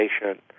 patient